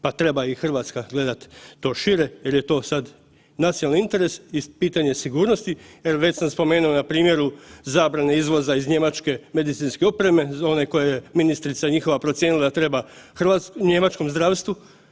Pa treba i Hrvatska gledati to šire jer je to sada nacionalni interes i pitanje sigurnosti jer već sam spomenuo na primjeru zabrane izvoza iz Njemačke, medicinske opreme, one koje je ministrica njihova procijenila da treba njemačkom zdravstvu.